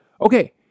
Okay